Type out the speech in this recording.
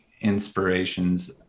inspirations